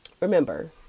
Remember